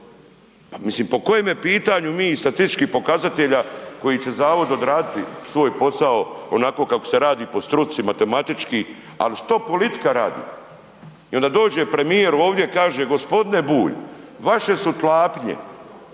pa mislim po kojem je pitanju mi statističkih pokazatelja koji će zavod odraditi svoj posao onako kako se radi po struci matematički, ali što politika radi? I onda dođe premijer ovdje i kaže g. Bulj, vaše su klapnje